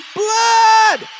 blood